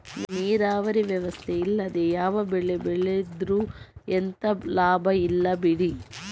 ನೀರಾವರಿ ವ್ಯವಸ್ಥೆ ಇಲ್ಲದೆ ಯಾವ ಬೆಳೆ ಬೆಳೆದ್ರೂ ಎಂತ ಲಾಭ ಇಲ್ಲ ಬಿಡಿ